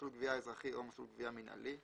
מסלול גבייה אזרחי או מסלול גבייה מינהלי;